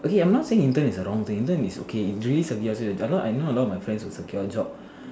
okay I'm not saying intern is a wrong thing intern is okay it really secures you a not a lot of my friends secure job